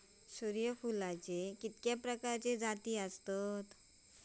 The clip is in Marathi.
सूर्यफूलाचे किती प्रकारचे जाती आसत?